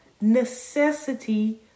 necessity